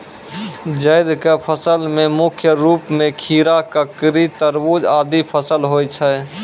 जैद क फसल मे मुख्य रूप सें खीरा, ककड़ी, तरबूज आदि फसल होय छै